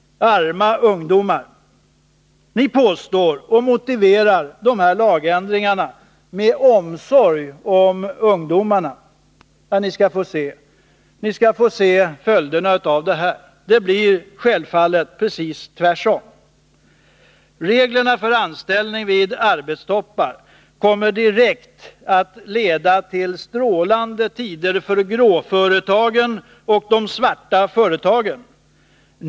Arma ungdomar! Ni inom regeringen påstår att ni hyser omsorg om ungdomarna när ni genomför dessa lagändringar. Men ni kommer att få se följderna av dem. Det blir självfallet precis tvärtemot vad ni tror. Reglerna för anställning vid arbetstoppar kommer direkt att leda till strålande tider för de grå och svarta företagen.